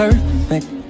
Perfect